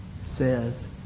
says